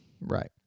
Right